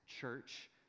church